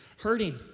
hurting